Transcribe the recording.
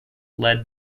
led